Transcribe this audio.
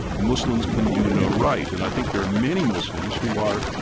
muslims can do no right. and i think there are many muslims who are,